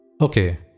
Okay